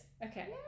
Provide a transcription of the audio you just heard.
Okay